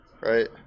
Right